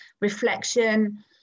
reflection